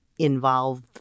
involve